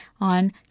on